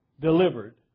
delivered